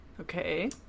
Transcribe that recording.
Okay